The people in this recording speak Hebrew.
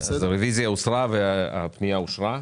הצבעה הרביזיה על פנייה 227,228 לא אושרה.